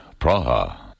Praha